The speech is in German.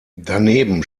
daneben